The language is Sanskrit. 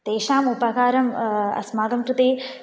तेषाम् उपकारम् अस्माकं कृते